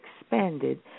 expanded